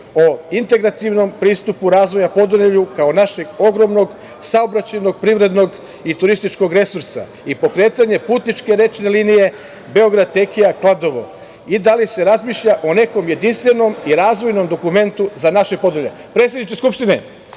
o integrativnom pristupu razvoja u Podunavlju kao našeg ogromnog saobraćajnog privrednog i turističkog resursa i pokretanje putničke rečne linije Beograd – Tekija – Kladovo i da li se razmišlja o nekom jedinstvenom i razvojnom dokumentu za naše Podunavlje? Predsedniče Skupštine,